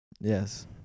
Yes